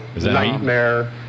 nightmare